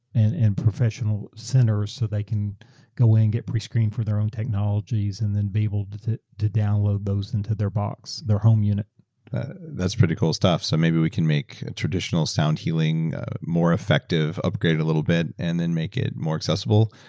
and and professional centers so they can go and get prescreened for their own technologies, and then be able to to download those into their box, their home unit that's pretty cool stuff, so maybe we can make traditional sound healing more effective, upgrade it a little bit and then make it more accessible,